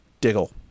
Diggle